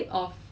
so